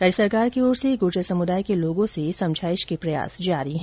राज्य सरकार की ओर से गुर्जर समुदाय के लोगों से समझाइश के प्रयास जारी है